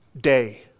day